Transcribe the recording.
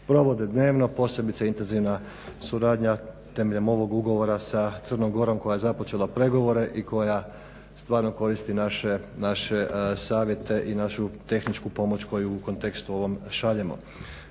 dnevno, posebice intenzivna suradnja temeljem ovog ugovora sa Crnom Gorom koja je započela pregovore i koja stvarno koristi naše savjete i našu tehničku pomoć koju u kontekstu ovom šaljemo.